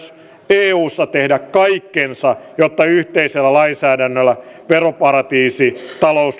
eussa tehdä kaikkensa jotta yhteisellä lainsäädännöllä veroparatiisitalous